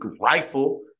Rifle